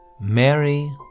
Mary